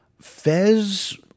Fez